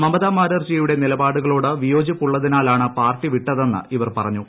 മമത ബാനർജിയുടെ നിലപാടുകളോട് വിയ്ക്കോജിപ്പുള്ളതിനാലാണ് പാർട്ടി വിട്ടതെന്ന് ഇവർ പറഞ്ഞു